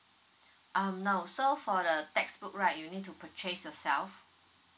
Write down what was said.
um no so for the textbook right you need to purchase yourself